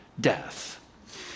death